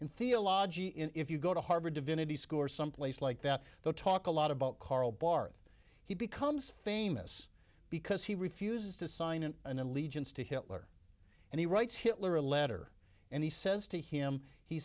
in theological if you go to harvard divinity school or someplace like that though talk a lot about karl barth he becomes famous because he refuses to sign in an allegiance to hitler and he writes hitler a letter and he says to him he